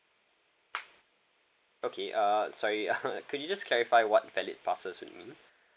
okay uh sorry could you just clarify what valid passes would mean